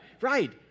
Right